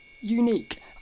unique